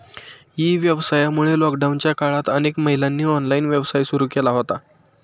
E व्यवसायामुळे लॉकडाऊनच्या काळात अनेक महिलांनी ऑनलाइन व्यवसाय सुरू केला होता